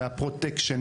מהפרוטקשן,